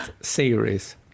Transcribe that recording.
series